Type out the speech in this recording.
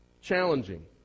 challenging